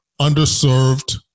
underserved